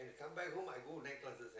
I come back home I go night classes and